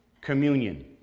communion